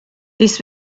this